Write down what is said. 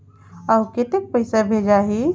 अउ कतेक पइसा भेजाही?